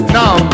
now